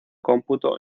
cómputo